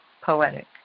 poetic